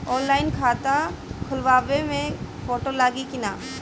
Online खाता खोलबाबे मे फोटो लागि कि ना?